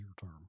term